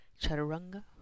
Chaturanga